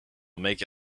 make